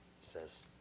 says